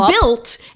built